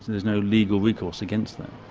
there's no legal recourse against that.